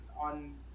on